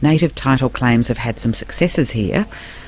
native title claims have had some successes here